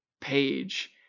page